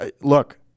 Look